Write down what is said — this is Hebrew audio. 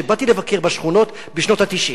כשבאתי לבקר בשכונות בשנות ה-90,